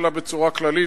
אלא בצורה כללית,